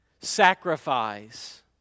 Sacrifice